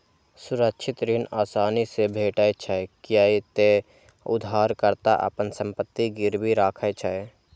सुरक्षित ऋण आसानी से भेटै छै, कियै ते उधारकर्ता अपन संपत्ति गिरवी राखै छै